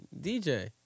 DJ